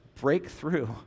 breakthrough